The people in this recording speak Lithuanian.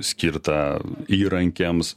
skirtą įrankiams